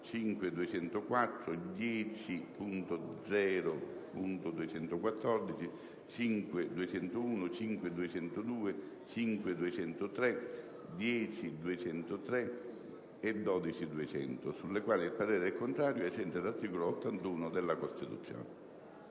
5.204, 10.0.214, 5.201, 5.202, 5.203, 10.203 e 12.200 sulle quali il parere è contrario, ai sensi dell'articolo 81 della Costituzione.